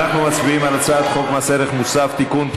אנחנו מצביעים על הצעת חוק מס ערך מוסף (תיקון,